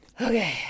Okay